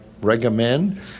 recommend